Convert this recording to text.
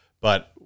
but-